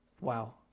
Wow